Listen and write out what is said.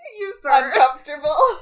uncomfortable